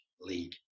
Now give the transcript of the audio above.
league